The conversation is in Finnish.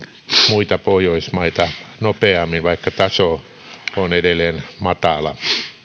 muita pohjoismaita nopeammin vaikka taso on edelleen matala